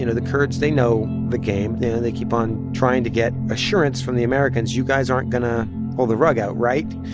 you know the kurds they know the game. you know, they keep on trying to get assurance from the americans. you guys aren't going to pull the rug out, right?